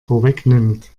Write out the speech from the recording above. vorwegnimmt